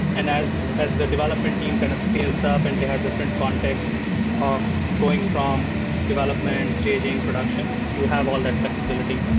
and as as the development team kind of scales up and they have different contexts of going from development, and staging, production, you have all that flexibility there.